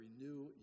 Renew